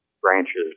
branches